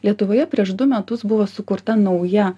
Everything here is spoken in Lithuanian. lietuvoje prieš du metus buvo sukurta nauja